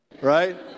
right